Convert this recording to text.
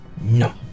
No